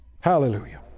Hallelujah